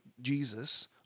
Jesus